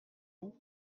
vous